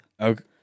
Okay